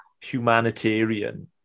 humanitarian